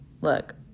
look